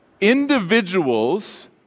individuals